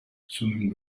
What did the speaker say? swimming